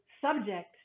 subject